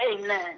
Amen